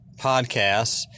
podcasts